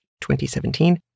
2017